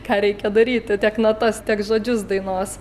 ką reikia daryti tiek natas tiek žodžius dainos